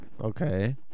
Okay